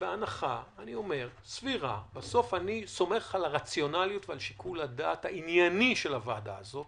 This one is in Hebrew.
בסוף אני סומך על הרציונליות ועל שיקול הדעת הענייני של הוועדה הזאת.